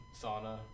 sauna